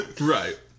Right